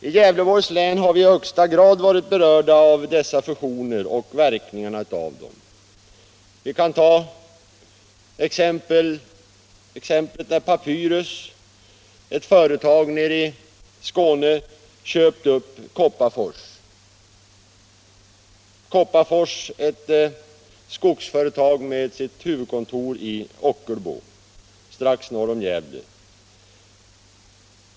I Gävleborgs län har vi i högsta grad varit berörda av dessa fusioner och verkningarna av dem. Vi kan ta exemplet med AB Papyrus, ett företag i Skåne, som köpte upp Kopparfors AB, ett skogsföretag med huvudkontor i Ockelbo strax norr om Gävle.